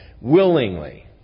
willingly